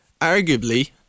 arguably